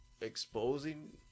exposing